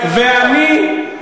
ואני,